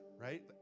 right